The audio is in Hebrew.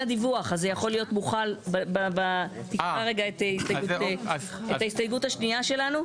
תקרא את ההסתייגות השנייה שלנו.